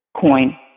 coin